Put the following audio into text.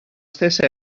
stessa